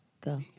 Go